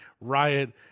Riot